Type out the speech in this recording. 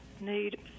need